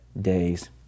days